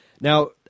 Now